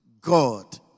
God